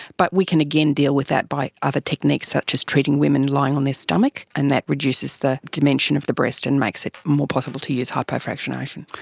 but we can, again, deal with that by other techniques such as treating women lying on their stomach and that reduces the dimension of the breast and makes it more possible to use hypofractionation.